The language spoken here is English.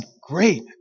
great